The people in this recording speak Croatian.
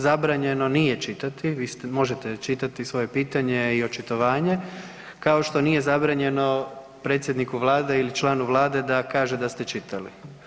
Zabranjeno nije čitati, vi možete čitati svoje pitanje i očitovanje kao što nije zabranjeno predsjedniku Vlade ili članu Vlade da kaže da ste čitali.